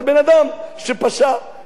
דבר אלמנטרי, פשוט.